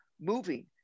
moving